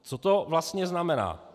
Co to vlastně znamená?